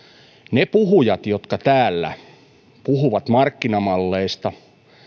ne puhujat jotka täällä puhuvat markkinamalleista